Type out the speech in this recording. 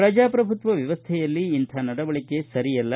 ಪ್ರಜಾಪ್ರಭುತ್ವ ವ್ಯವಸ್ಥೆಯಲ್ಲಿ ಇಂಥ ನಡವಳಿಕೆ ಸರಿಯಲ್ಲ